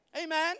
Amen